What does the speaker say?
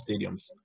stadiums